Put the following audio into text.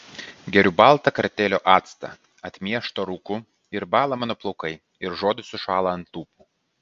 geriu baltą kartėlio actą atmieštą rūku ir bąla mano plaukai ir žodis sušąla ant lūpų